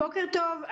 בוקר טוב.